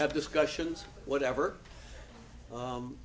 have discussions whatever